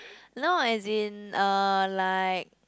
no as in uh like